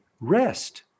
rest